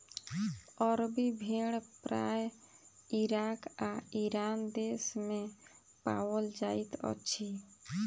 अरबी भेड़ प्रायः इराक आ ईरान देस मे पाओल जाइत अछि